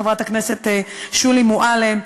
חברת הכנסת שולי מועלם,